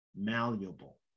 malleable